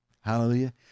Hallelujah